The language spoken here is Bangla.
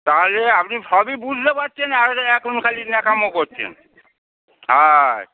তাহলে আপনি সবই বুঝতে পারছেন আর এখন খালি ন্যাকামো করছেন হ্যাঁ